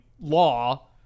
law